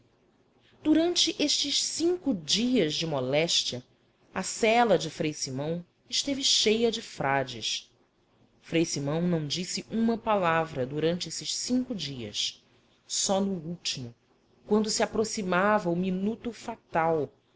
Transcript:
durante estes cinco dias de moléstia a cela de frei simão esteve cheia de frades frei simão não disse uma palavra durante esses cinco dias só no último quando se aproximava o minuto fatal